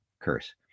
curse